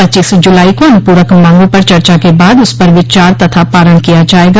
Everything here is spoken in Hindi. पच्चीस जुलाई को अनुपूरक मांगों पर चर्चा के बाद उस पर विचार तथा पारण किया जायेगा